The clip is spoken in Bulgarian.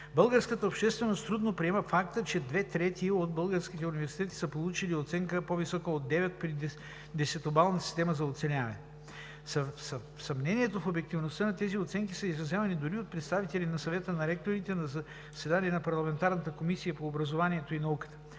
Българската общественост трудно приема факта, че две трети от българските университети са получили оценка по-висока от 9 при десетобалната система за оценяване. Съмнение в обективността на тези оценки е изразявано дори и от представители на Съвета на ректорите на заседание на парламентарната Комисия по образованието и науката.